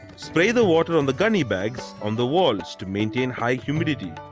spray the water on the gunny bags on the walls to maintain high humidity.